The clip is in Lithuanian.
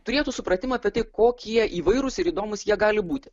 turėtų supratimą apie tai kokie įvairūs ir įdomūs jie gali būti